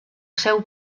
seu